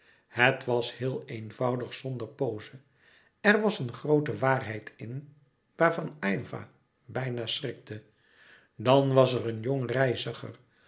het was heel eenvoudig zonder pose er was een groote waarheid in waarvan aylva bijna schrikte dan was er een jong reiziger